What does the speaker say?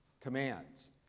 commands